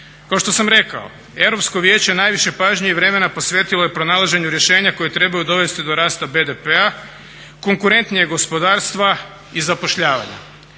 Kao što sam rekao Europsko vijeća najviše pažnje i vremena posvetilo je pronalaženju rješenja koje trebaju dovesti do rasta BDP-a, konkurentnijeg gospodarstva i zapošljavanja.